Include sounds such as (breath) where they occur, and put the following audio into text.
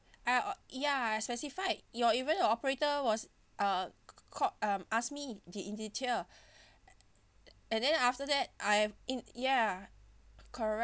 (breath) uh oh ya I specify your even your operator was uh (noise) called um ask me the in detail (breath) and then after that I've in ya correct